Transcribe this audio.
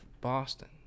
boston